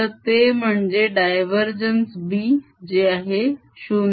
तर ते म्हणजे div B जे आहे 0